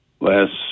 Last